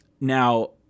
Now